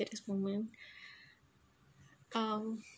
moment um